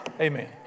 Amen